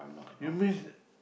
you miss